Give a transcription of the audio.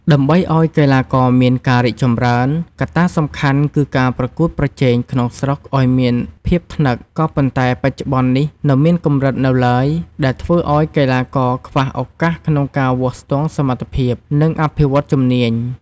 ដើម្បីឱ្យកីឡាករមានការរីកចម្រើន កត្តាសំខាន់គឺការប្រកួតប្រជែងក្នុងស្រុកឲ្យមានភាពថ្នឹក ក៏ប៉ុន្តែបច្ចុប្បន្ននេះនៅមានកម្រិតនៅឡើយ ដែលធ្វើឱ្យកីឡាករខ្វះឱកាសក្នុងការវាស់ស្ទង់សមត្ថភាព និងអភិវឌ្ឍជំនាញ។